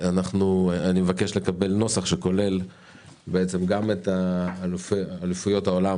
אני מבקש לקבל נוסח שכולל גם את אליפויות העולם